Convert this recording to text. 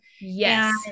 Yes